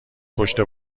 پشت